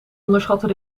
onderschatten